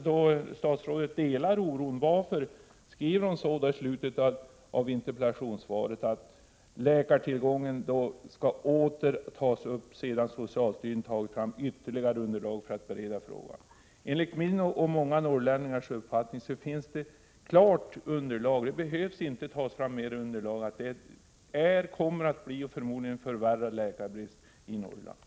Om statsrådet delar vår oro, varför säger hon då i slutet av sitt interpellationssvar att frågan om läkartillgången åter kommer att tas upp sedan socialstyrelsen redovisat ytterligare underlag för att bereda frågan? Enligt min och många andra norrlänningars uppfattning finns ett klart underlag, varför det inte behövs något ytterligare sådant. Det råder läkarbrist i Norrland, och den kommer förmodligen att förvärras.